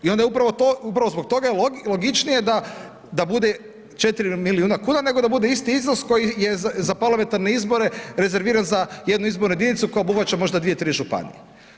I onda upravo zbog toga logičnije da bude 4 miliona kuna nego da bude isti iznos koji je za parlamentarne izbore rezerviran za jednu izbornu jedinicu koja obuhvaća možda 2, 3 županije.